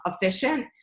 efficient